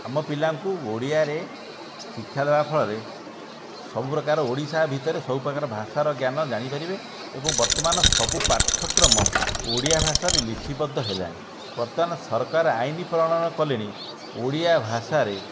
ଆମ ପିଲାଙ୍କୁ ଓଡ଼ିଆରେ ଶିକ୍ଷା ଦେବା ଫଳରେ ସବୁ ପ୍ରକାର ଓଡ଼ିଶା ଭିତରେ ସବୁ ପ୍ରକାରର ଭାଷାର ଜ୍ଞାନ ଜାଣିପାରିବେ ଏବଂ ବର୍ତ୍ତମାନ ସବୁ ପାଠ୍ୟକ୍ରମ ଓଡ଼ିଆ ଭାଷାରେ ଲିପିବଦ୍ଧ ହେଲାଣି ବର୍ତ୍ତମାନ ସରକାର ଆଇନ ପ୍ରଣୟନ କଲେଣି ଓଡ଼ିଆ ଭାଷାରେ